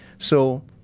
so,